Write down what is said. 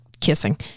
kissing